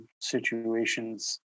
situations